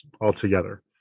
altogether